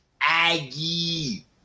Aggie